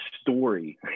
story